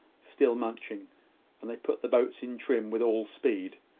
still munching and they put the boats in trim with all speed,